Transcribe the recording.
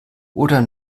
oder